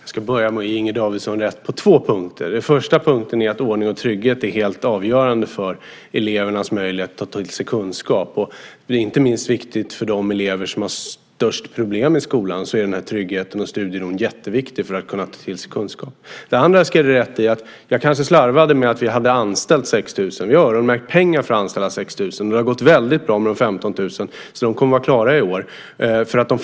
Fru talman! Jag ska börja med att ge Inger Davidson rätt på två punkter. För det första: Ordning och trygghet är helt avgörande för elevernas möjlighet att ta till sig kunskap. Inte minst är det viktigt för de elever som har störst problem i skolan. Tryggheten och studieron är jätteviktig för att de ska kunna ta till sig kunskap. För det andra har Inger Davidson rätt i att jag kanske slarvade när jag sade att vi hade anställt 6 000. Vi har öronmärkt pengar för att anställa 6 000. Det har också gått mycket bra med de 15 000. De kommer att vara klara i år.